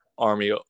army